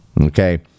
okay